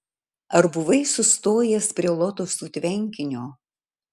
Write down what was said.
ar buvai sustojęs prie lotosų tvenkinio